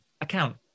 account